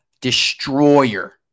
destroyer